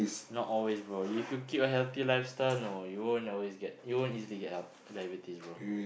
not always bro if you keep your healthy lifestyle no you won't always get you won't easily get diabetes bro